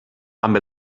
amb